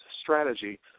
strategy